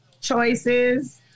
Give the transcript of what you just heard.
choices